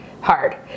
hard